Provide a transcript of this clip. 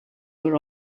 were